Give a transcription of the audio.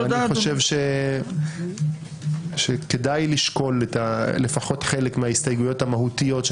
אני חושב שכדאי לשקול לפחות חלק מההסתייגויות המהותיות של